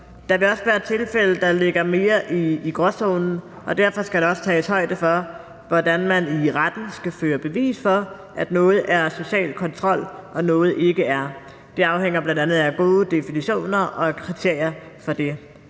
Der vil også være tilfælde, der ligger mere i gråzonen, og derfor skal der også tages højde for, hvordan man i retten skal føre bevis for, at noget er social kontrol og noget ikke er. Det afhænger bl.a. af gode definitioner og af kriterier for det.